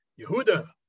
Yehuda